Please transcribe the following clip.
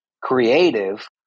creative